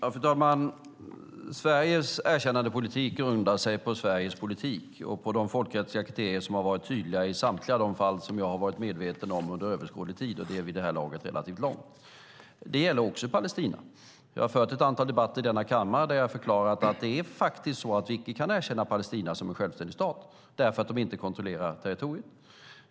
Fru talman! Sveriges erkännandepolitik grundar sig på Sveriges politik och på de folkrättsliga kriterier som har varit tydliga i samtliga de fall som jag har varit medveten om under överskådlig tid, och det är vid det här laget en relativ lång tid. Detta gäller även Palestina. Jag har fört ett antal debatter i denna kammare där jag har förklarat att vi icke kan erkänna Palestina som en självständig stat därför att man inte kontrollerar territoriet.